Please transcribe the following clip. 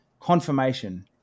confirmation